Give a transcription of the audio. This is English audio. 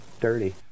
dirty